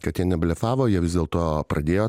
kad jie neblefavo jie vis dėlto pradėjo